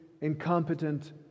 incompetent